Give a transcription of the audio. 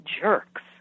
jerks